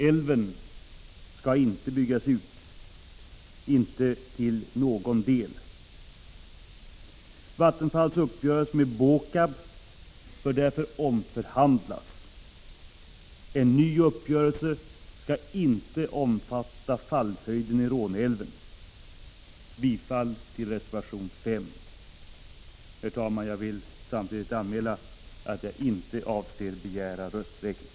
Älven skall inte byggas ut, inte till någon del. Vattenfalls uppgörelse med BÅKAB bör därför omförhandlas. En ny uppgörelse skall inte omfatta fallhöjden i Råneälven. Bifall till reservation 5! Herr talman! Jag vill samtidigt anmäla att jag inte avser att begära rösträkning.